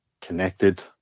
connected